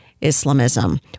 Islamism